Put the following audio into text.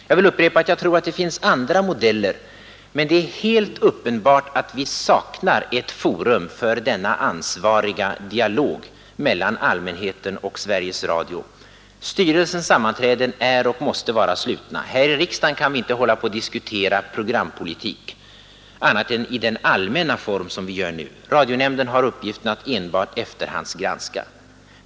Jag vill upprepa att jag tror att det finns andra modeller, men det är helt uppenbart att vi saknar ett forum för denna ansvariga dialog mellan allmänheten och Sveriges Radio. Styrelsens sammanträden är och måste vara slutna. Här i riksdagen kan vi inte diskutera programpolitik annat än i den allmänna form som vi gör nu. Radionämnden har uppgiften att enbart efterhandsgranska.